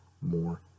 more